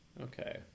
Okay